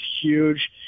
huge